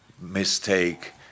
mistake